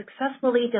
successfully